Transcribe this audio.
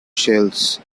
shells